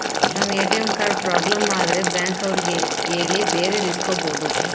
ನಮ್ ATM card problem ಆದ್ರೆ bank ಅವ್ರಿಗೆ ಹೇಳಿ ಬೇರೆದು ಇಸ್ಕೊಬೋದು